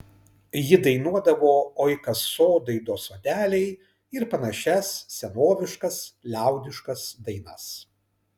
ji dainuodavo oi kas sodai do sodeliai ir panašias senoviškas liaudiškas dainas